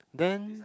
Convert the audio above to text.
then